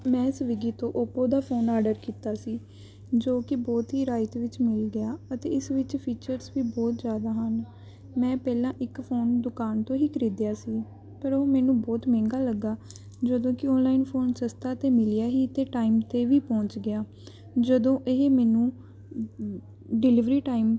ਮੈਂ ਸਵੀਗੀ ਤੋਂ ਔਪੋ ਦਾ ਫੋਨ ਆਰਡਰ ਕੀਤਾ ਸੀ ਜੋ ਕਿ ਬਹੁਤ ਹੀ ਰਿਆਇਤ ਵਿੱਚ ਮਿਲ ਗਿਆ ਅਤੇ ਇਸ ਵਿੱਚ ਫੀਚਰਸ ਵੀ ਬਹੁਤ ਜ਼ਿਆਦਾ ਹਨ ਮੈਂ ਪਹਿਲਾਂ ਇੱਕ ਫੋਨ ਦੁਕਾਨ ਤੋਂ ਹੀ ਖਰੀਦਿਆ ਸੀ ਪਰ ਉਹ ਮੈਨੂੰ ਬਹੁਤ ਮਹਿੰਗਾ ਲੱਗਾ ਜਦੋਂ ਕਿ ਔਨਲਾਈਨ ਫੋਨ ਸਸਤਾ ਅਤੇ ਮਿਲਿਆ ਹੀ ਅਤੇ ਟਾਈਮ 'ਤੇ ਵੀ ਪਹੁੰਚ ਗਿਆ ਜਦੋਂ ਇਹ ਮੈਨੂੰ ਡਿਲੀਵਰੀ ਟਾਈਮ